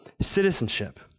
citizenship